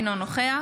אינו נוכח